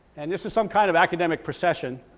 and this is some kind of academic procession.